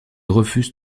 refuse